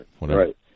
Right